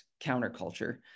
counterculture